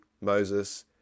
Moses